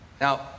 Now